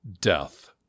death